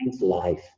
life